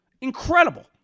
Incredible